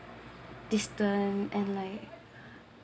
distance and like